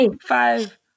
Five